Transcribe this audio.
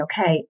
okay